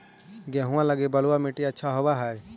गेहुआ लगी बलुआ मिट्टियां अच्छा होव हैं?